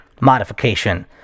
modification